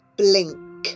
blink